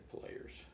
players